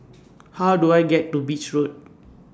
How Do I get to Beach Road